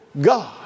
God